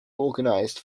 organized